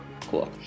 cool